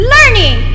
Learning